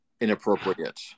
inappropriate